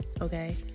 okay